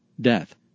death